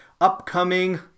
upcoming